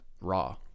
raw